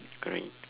correct